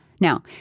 Now